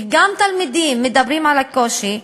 וגם תלמידים מדברים על הקושי,